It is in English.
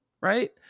right